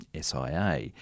SIA